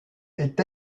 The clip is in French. est